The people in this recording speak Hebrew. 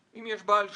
יש בעל שליטה,